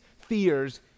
fears